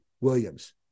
Williams